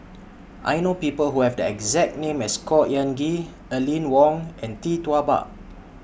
I know People Who Have The exact name as Khor Ean Ghee Aline Wong and Tee Tua Ba